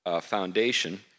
foundation